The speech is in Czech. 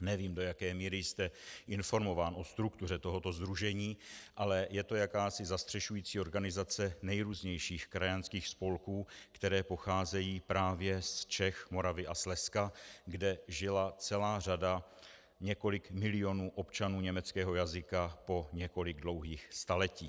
Nevím, do jaké míry jste informován o struktuře tohoto sdružení, ale je to jakási zastřešující organizace nejrůznějších krajanských spolků, které pocházejí právě z Čech, Moravy a Slezska, kde žila celá řada, několik milionů, občanů německého jazyka po několik dlouhých staletí.